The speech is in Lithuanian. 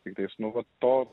tiktais nu vat to